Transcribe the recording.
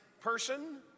person